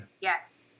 Yes